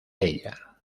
ella